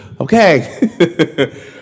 Okay